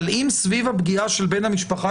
אבל אם סביב הפגיעה של בן המשפחה,